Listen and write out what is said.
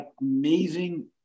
amazing